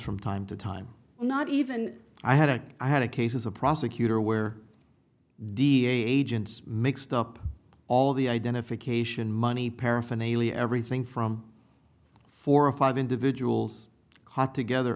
from time to time not even i had a i had a case as a prosecutor where de agents mixed up all the identification money paraphernalia everything from four or five individuals caught together